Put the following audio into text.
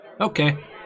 Okay